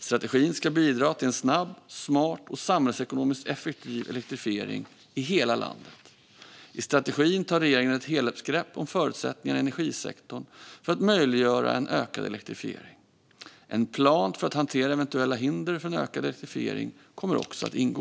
Strategin ska bidra till en snabb, smart och samhällsekonomiskt effektiv elektrifiering i hela landet. I strategin tar regeringen ett helhetsgrepp om förutsättningarna i energisektorn för att möjliggöra en ökad elektrifiering. En plan för att hantera eventuella hinder för en ökad elektrifiering kommer också att ingå.